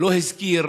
ולא הזכיר